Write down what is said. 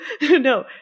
No